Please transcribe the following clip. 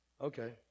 Okay